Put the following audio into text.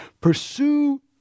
Pursue